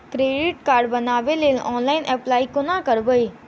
Credit card बनाबै लेल online apply कोना करबै?